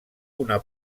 una